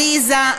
עליזה,